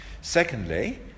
secondly